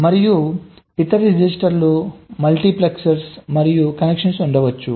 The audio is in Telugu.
మరియు ఇతర ఇతర రిజిస్టర్లు మల్టీప్లెక్సర్లు మరియు కనెక్షన్లు ఉండవచ్చు